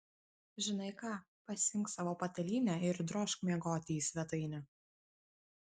žinai ką pasiimk savo patalynę ir drožk miegoti į svetainę